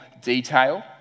detail